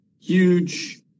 Huge